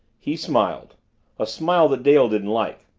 he smiled a smile that dale didn't like.